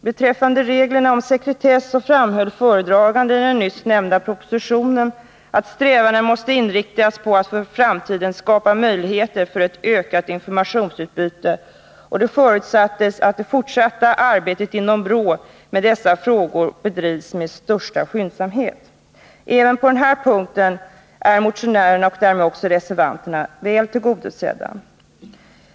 Beträffande reglerna om sekretess framhöll föredraganden i propositionen att strävandena måste inriktas på att för framtiden skapa möjligheter för ett ökat informationsutbyte, och det 45 förutsätts att det fortsatta arbetet med dessa frågor inom BRÅ bedrivs med största skyndsamhet. Även på denna punkt är motionärerna och därmed också reservanterna väl tillgodosedda.